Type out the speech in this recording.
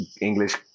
English